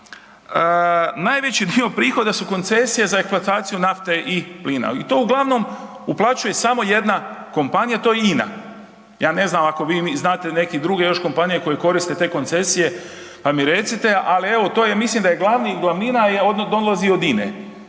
najveći dio prihoda su koncesije za eksploataciju nafte i plina i to uglavnom uplaćuje samo jedna kompanija i to je INA. Ja ne znam, ako vi znate neke druge još kompanije koje koriste te koncesije, pa mi recite, ali evo, to mislim da je glavni, glavnina je,